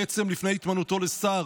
שבעצם לפני התמנותו לשר